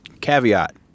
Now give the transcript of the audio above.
Caveat